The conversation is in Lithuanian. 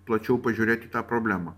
plačiau pažiūrėt į tą problemą